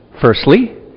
Firstly